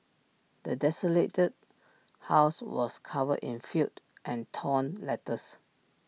the desolated house was covered in filth and torn letters